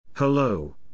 Hello